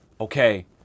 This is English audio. Okay